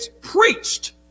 preached